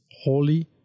holy